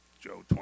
Joe